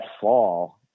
fall